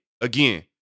Again